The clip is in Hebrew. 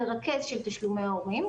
מרכז של תשלומי ההורים,